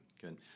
Good